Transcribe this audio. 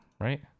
right